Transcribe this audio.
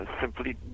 simply